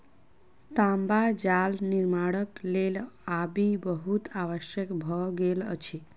तांबा जाल निर्माणक लेल आबि बहुत आवश्यक भ गेल अछि